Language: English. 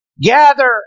gather